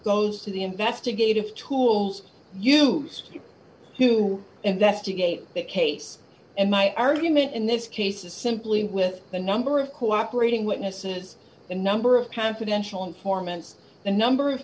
goes to the investigative tools you who investigate that case and my argument in this case is simply with the number of cooperating witnesses the number of confidential informants the number of